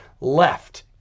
left